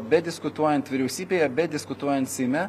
bediskutuojant vyriausybėje bediskutuojant seime